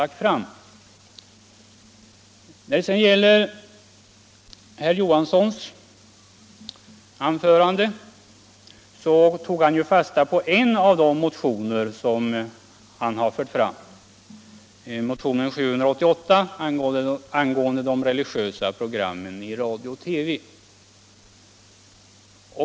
Herr Johansson i Skärstad tog i sitt anförande fasta på en av de motioner som han har väckt, motionen 788 angående de religiösa programmen i radio och TV.